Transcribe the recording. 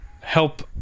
help